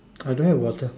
well do I have water